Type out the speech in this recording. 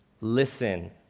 listen